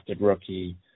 rookie